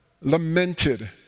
lamented